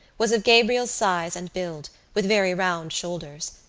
was of gabriel's size and build, with very round shoulders.